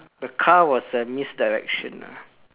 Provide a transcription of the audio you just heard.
the car was a misdirection lah